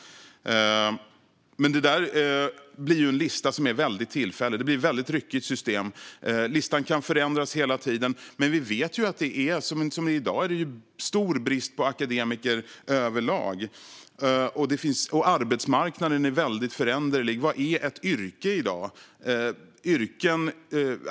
Men det är ju en lista som är tillfällig och ett väldigt ryckigt system. Listan kan förändras hela tiden. Men vi vet ju att i dag är det stor brist på akademiker överlag. Och arbetsmarknaden är väldigt föränderlig. Vad är ett yrke i dag?